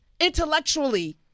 intellectually